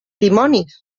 dimonis